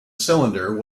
cylinder